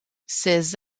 ses